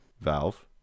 Valve